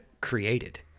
created